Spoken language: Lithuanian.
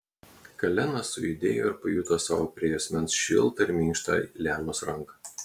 kalenas sujudėjo ir pajuto sau prie juosmens šiltą ir minkštą lianos ranką